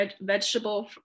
vegetable